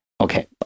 okay